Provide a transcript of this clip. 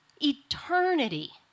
Eternity